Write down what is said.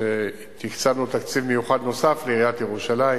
שתקצבנו תקציב מיוחד לעיריית ירושלים,